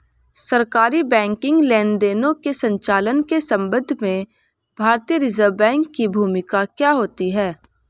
सरकारी बैंकिंग लेनदेनों के संचालन के संबंध में भारतीय रिज़र्व बैंक की भूमिका क्या होती है?